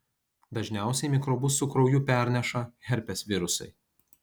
dažniausiai mikrobus su krauju perneša herpes virusai